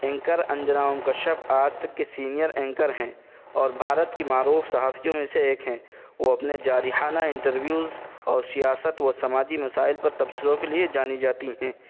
anchor Anjana Om Kashyap آج تک کے سینئر اینکر ہیں اور بھارت کی معروف صحافیوں میں سے ایک ہیں وہ اپنے جارحانہ انٹرویوز اور سیاست و سماجی مسائل پر تبصروں کے لیے جانی جاتی ہیں